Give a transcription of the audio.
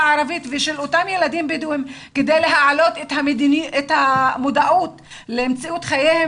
הערבית ושל אותם ילדים בדואים כדי להעלות את המודעות למציאות חייהם